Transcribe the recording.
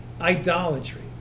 Idolatry